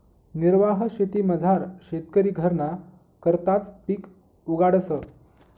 निर्वाह शेतीमझार शेतकरी घरना करताच पिक उगाडस